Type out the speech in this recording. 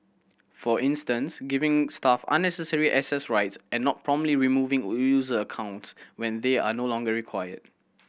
for instance giving staff unnecessary access rights and not promptly removing user accounts when they are no longer required